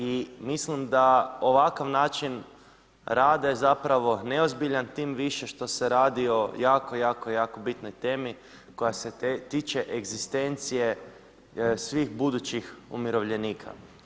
I mislim da ovakav način rada je zapravo neozbiljan, tim više što se radi o jako, jako bitnoj temi koja se tiče egzistencije svih budućih umirovljenika.